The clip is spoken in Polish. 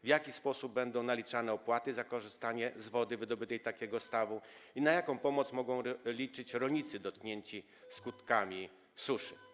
W jaki sposób będą naliczane opłaty za korzystanie z wody wydobytej z takiego stawu i na jaką pomoc mogą liczyć rolnicy dotknięci skutkami suszy?